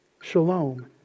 shalom